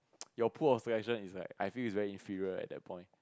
your pool of selection is like I feel like it's very inferior at that point